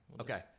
Okay